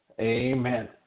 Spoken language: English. Amen